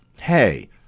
hey